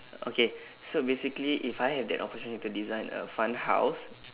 okay so basically if I have that opportunity to design a fun house